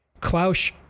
Klaus